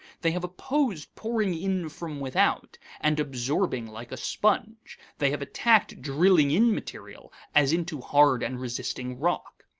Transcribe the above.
they have opposed pouring in from without, and absorbing like a sponge they have attacked drilling in material as into hard and resisting rock.